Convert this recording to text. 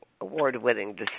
award-winning